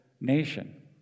nation